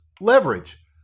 leverage